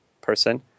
person